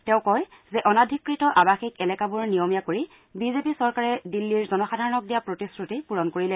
তেওঁ কয় যে অনাধিকত আৱাসিক এলেকাবোৰ নিয়মীয়া কৰি বিজেপি চৰকাৰে দিল্লীৰ জনসাধাৰণক দিয়া প্ৰতিশ্ৰতি পুৰণ কৰিলে